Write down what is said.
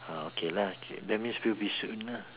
ah okay lah okay that means will be soon lah